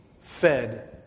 fed